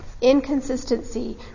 inconsistency